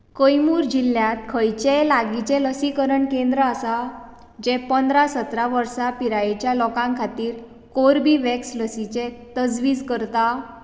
कैमूर जिल्ल्यांत खंयचें लागींचें लसीकरण केंद्र आसा जें पंदरा ते सतरा वर्सा पिरायेच्या लोकां खातीर कोर्बेवॅक्स लसीची तजवीज करता